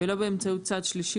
ולא באמצעות צד שלישי,